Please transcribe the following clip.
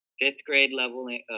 fifth-grade-level